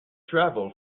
travel